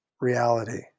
reality